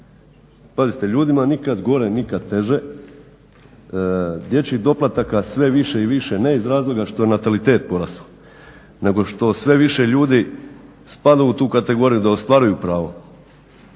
Pazite, ljudima nikad gore, nikad teže, dječjih doplataka sve više i više ne iz razloga što je natalitet porasao nego što sve više ljudi spada u tu kategoriju da ostvaruju pravo.